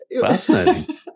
fascinating